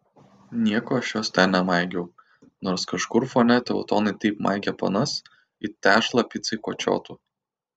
nieko aš jos ten nemaigiau nors kažkur fone teutonai taip maigė panas it tešlą picai kočiotų